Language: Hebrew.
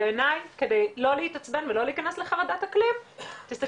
בעיני כדי לא להתעצבן ולא להיכנס לחרדת אקלים תסתכלו